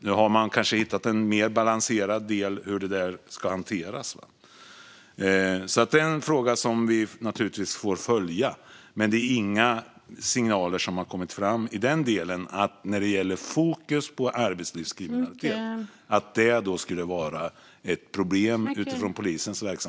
Nu har man kanske hittat en mer balanserad del för hur det ska hanteras. Det är en fråga som vi naturligtvis får följa, men det är inga signaler som har kommit fram när det gäller fokus på arbetslivskriminalitet att det skulle vara ett problem utifrån polisens verksamhet.